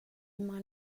mind